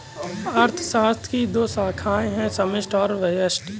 अर्थशास्त्र की दो शाखाए है समष्टि और व्यष्टि